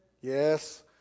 Yes